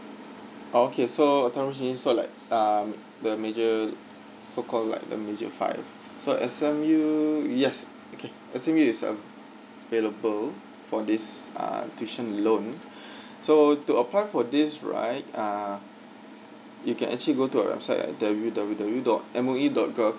okay so autonomous university so like um the major so called like the major five so S_M_U yes okay S_M_U is available for this uh tuition loan so to apply for this right uh you can actually go to our website at W W W dot M O E dot G O V